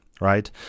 right